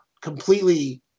completely